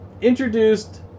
introduced